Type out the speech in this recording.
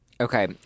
Okay